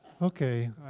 Okay